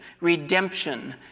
redemption